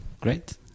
Great